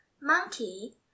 Monkey